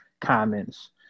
comments